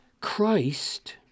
Christ